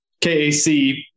KAC